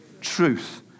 truth